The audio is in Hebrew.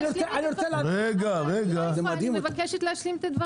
--- סליחה, אני מבקשת להשלים את הדברים.